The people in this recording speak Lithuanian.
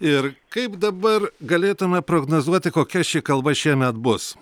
ir kaip dabar galėtume prognozuoti kokia ši kalba šiemet bus